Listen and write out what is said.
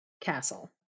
castle